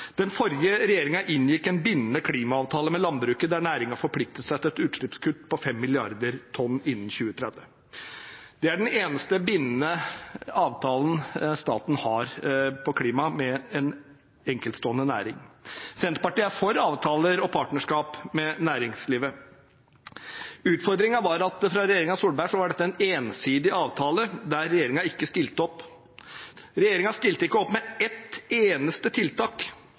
Den forrige regjeringen inngikk en bindende klimaavtale med landbruket der næringen forpliktet seg til et utslippskutt på 5 mrd. tonn innen 2030. Det er den eneste bindende avtalen staten har på klima med en enkeltstående næring. Senterpartiet er for avtaler og partnerskap med næringslivet. Utfordringen var at fra regjeringen Solberg var det en ensidig avtale der regjeringen ikke stilte opp. Regjeringen stilte ikke opp med ett eneste tiltak